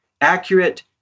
accurate